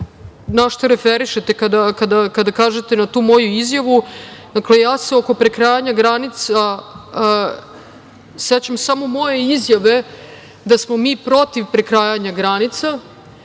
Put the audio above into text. na šta referišete kada kažete na tu moju izjavu? Ja se oko prekrajanja granica sećam samo moje izjave da smo mi protiv prekrajanja granica